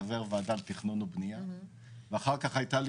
חבר ועדה לתכנון ובנייה ואחר כך הייתה לי